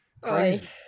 crazy